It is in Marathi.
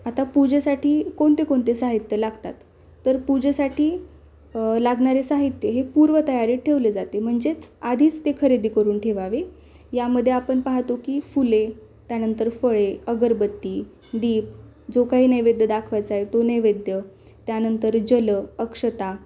आता पूजेसाठी कोणते कोणते साहित्य लागतात तर पूजेसाठी लागणारे साहित्य हे पूर्व तयारीत ठेवले जाते म्हणजेच आधीच ते खरेदी करून ठेवावे यामध्ये आपण पाहतो की फुले त्यानंतर फळे अगरबत्ती दीप जो काही नैवेद्य दाखवायचा आहे तो नैवेद्य त्यानंतर जल अक्षता